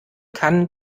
kann